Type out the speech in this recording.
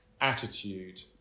attitude